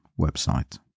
website